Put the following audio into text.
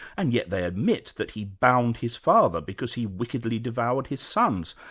and yet they admit that he bound his father because he wickedly devoured his sons,